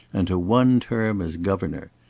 and to one term as governor.